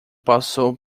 passou